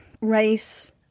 race